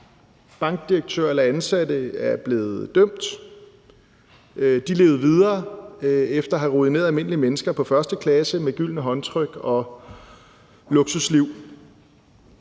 bankdirektører eller ansatte er blevet dømt. De levede efter at have ruineret almindelige mennesker videre på første klasse med gyldne håndtryk og luksusliv.